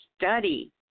study